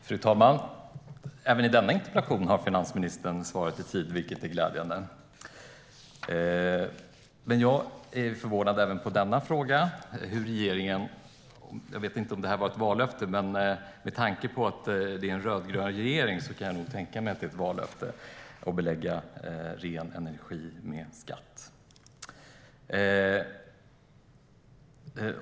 Fru talman! Även beträffande denna interpellation har finansministern svarat i tid, vilket är glädjande. Men jag är förvånad även i denna fråga. Jag vet inte om detta var ett vallöfte, men med tanke på att det är en rödgrön regering kan jag tänka mig att det är ett vallöfte att belägga ren energi med skatt.